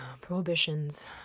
Prohibitions